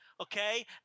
Okay